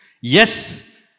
Yes